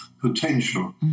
potential